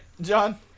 John